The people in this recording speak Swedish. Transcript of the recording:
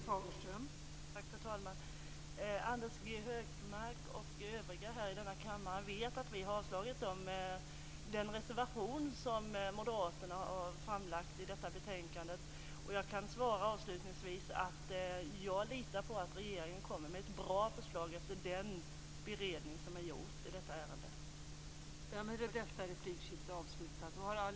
Fru talman! Anders G Högmark och övriga i denna kammare vet att vi har avstyrkt den reservation som moderaterna lagt fram i detta betänkande. Avslutningsvis kan jag säga att jag litar på att regeringen efter den i detta ärende gjorda beredningen kommer med ett bra förslag.